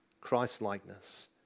Christ-likeness